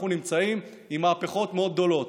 אנחנו נמצאים עם מהפכות מאוד גדולות.